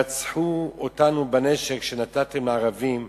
רצחו אותנו בנשק שנתתם לערבים.